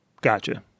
Gotcha